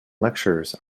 lectures